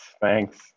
Thanks